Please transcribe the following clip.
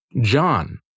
John